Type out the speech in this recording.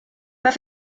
pas